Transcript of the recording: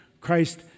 Christ